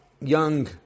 young